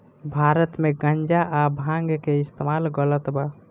भारत मे गांजा आ भांग के इस्तमाल गलत बा